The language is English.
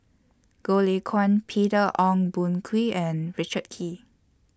Goh Lay Kuan Peter Ong Boon Kwee and Richard Kee